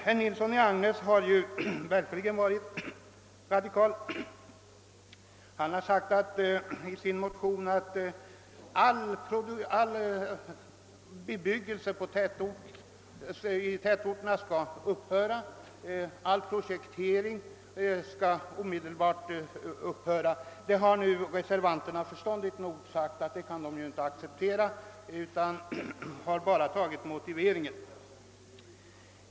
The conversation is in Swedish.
Herr Nilsson i Agnäs har verkligen varit radikal. Han har sagt i sin motion att all bebyggelse i tätorterna skall upphöra liksom all projektering. Det har nu reservanterna förståndigt nog sagt att de inte kan acceptera utan de har bara tagit motiveringen.